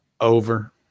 Over